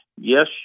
yes